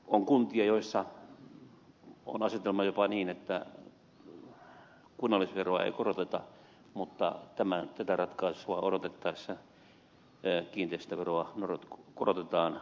on kuntia joissa on asetelma jopa niin että kunnallisveroa ei koroteta mutta tätä ratkaisua odotettaessa kiinteistöveroa korotetaan tuntuvasti